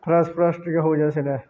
fresh fresh ଟିକେ ହେଇଯାଏ ସେନେ